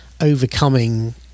overcoming